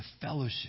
fellowship